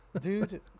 dude